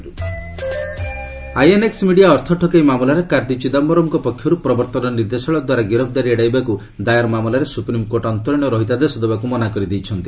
SC ED INX Media ଅର୍ଥ ଠକେଇ ମାମଲାରେ କାର୍ତ୍ତୀ ଚିଦାୟମରଙ୍କ ପକ୍ଷରୁ ପ୍ରବର୍ତ୍ତନ ନିର୍ଦ୍ଦେଶାଳୟ ଦ୍ୱାରା ଗିରଫ୍ଦାରୀ ଏଡ଼ାଇବାକୁ ଦାୟର ମାମଲାରେ ସୁପ୍ରିମ୍କୋର୍ଟ ଅନ୍ତରିଣ ରହିତାଦେଶ ଦେବାକୁ ମନାକରି ଦେଇଛନ୍ତି